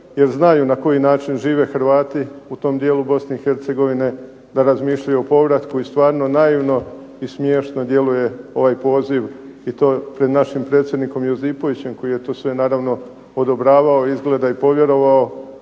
jer znaju na koji način žive Hrvati u tom dijelu Bosne i Hercegovine, da razmišljaju o povratku i stvarno naivno i smiješno djeluje ovaj poziv i to pred našim predsjednikom Josipović koji je to sve naravno odobravao, izgleda i povjerovao